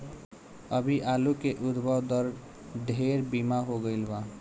अभी आलू के उद्भव दर ढेर धीमा हो गईल बा